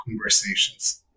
conversations